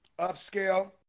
upscale